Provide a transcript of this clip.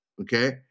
okay